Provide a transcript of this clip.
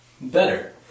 better